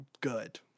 Good